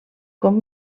com